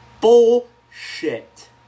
Bullshit